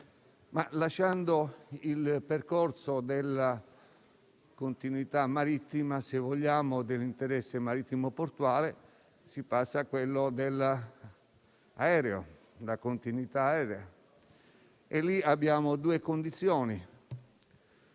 Lasciando però il percorso della continuità marittima e, se vogliamo, dell'interesse marittimo portuale, si passa a quello della continuità aerea, dove abbiamo due condizioni.